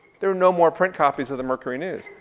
there are no more print copies of the mercury news.